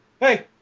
Hey